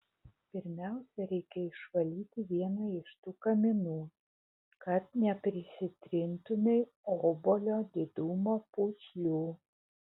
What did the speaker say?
pirmiausia reikia išvalyti vieną iš tų kaminų kad neprisitrintumei obuolio didumo pūslių